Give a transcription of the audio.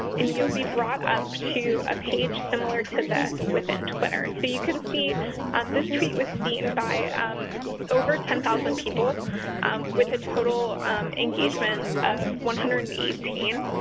and you'll be brought up to a page similar to this within twitter. so you can see um this tweet was seen by um over ten thousand people with a total engagement of one hundred and eighteen.